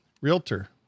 realtor